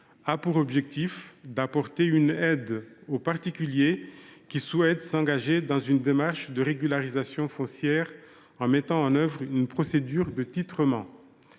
a pour objectif d’apporter une aide aux particuliers qui souhaitent s’engager dans une démarche de régularisation foncière en mettant en œuvre une procédure de titrement.